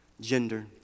gender